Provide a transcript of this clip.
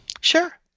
Sure